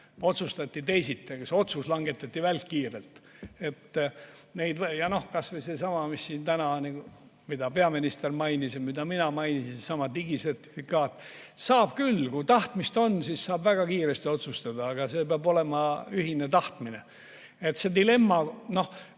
Otsustati teisiti. Ja see otsus langetati välkkiirelt. Ning kas või seesama, mis siin täna peaminister mainis ja mida mina mainisin: seesama digisertifikaat. Saab küll! Kui tahtmist on, siis saab väga kiiresti otsustada, aga see peab olema ühine tahtmine. Dilemma,